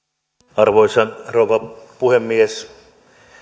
arvoisa rouva puhemies